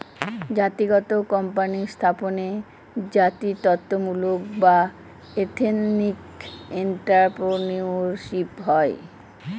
জাতিগত কোম্পানি স্থাপনে জাতিত্বমূলক বা এথেনিক এন্ট্রাপ্রেনিউরশিপ হয়